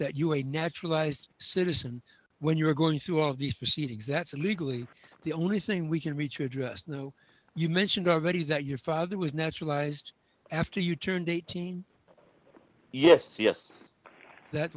that you a naturalized citizen when you were going through all of these proceedings that's legally the only thing we can reach you address no you mentioned already that your father was naturalized after you turned eighteen yes yes that